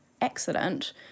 accident